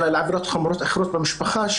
אלא לעבירות חמורות אחרות במשפחה,